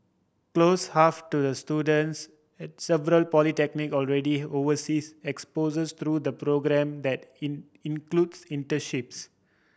close half to the students at several polytechnic already overseas exposure through the programme that in includes internships